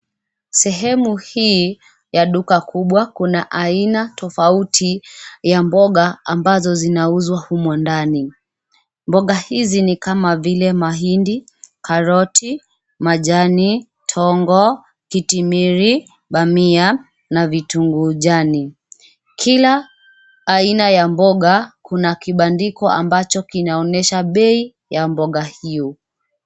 Sehemu hii ya duka kubwa kuna aina tofauti ya mboga ambazo zinauzwa humo ndani. Mboga hizi ni kama vile mahindi, karoti, majani, togo, titimiri, bamia na vitunguu jani. Kila aina ya mboga kuna kibandiko ambacho kinaonyesha bei ya mboga hiyo.